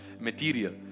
material